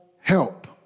help